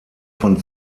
von